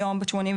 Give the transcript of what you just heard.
היום היא בת 87,